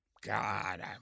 God